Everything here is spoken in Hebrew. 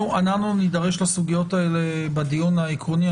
נידרש לסוגיות האלה בדיון העקרוני.